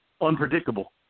Unpredictable